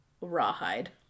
Rawhide